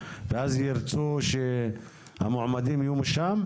אז ירצו שהמועמדים יהיו משם?